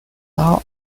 now